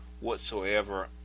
Whatsoever